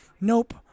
nope